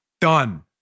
Done